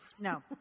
No